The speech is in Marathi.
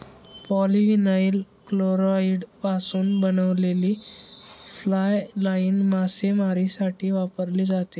पॉलीविनाइल क्लोराईडपासून बनवलेली फ्लाय लाइन मासेमारीसाठी वापरली जाते